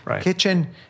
kitchen